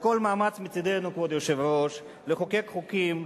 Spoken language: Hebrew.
על כל מאמץ מצדנו, כבוד היושב-ראש, לחוקק חוקים,